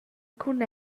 cun